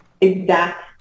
exact